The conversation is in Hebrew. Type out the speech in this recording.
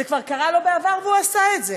זה כבר קרה לו בעבר והוא עשה את זה